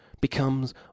becomes